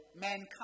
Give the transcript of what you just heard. mankind